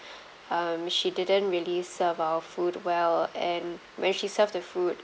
um she didn't really serve our food well and when she served the food